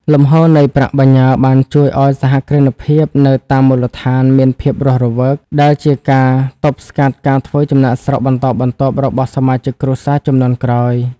លំហូរនៃប្រាក់បញ្ញើបានជួយឱ្យសហគ្រិនភាពនៅតាមមូលដ្ឋានមានភាពរស់រវើក ដែលជាការទប់ស្កាត់ការធ្វើចំណាកស្រុកបន្តបន្ទាប់របស់សមាជិកគ្រួសារជំនាន់ក្រោយ។